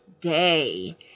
Day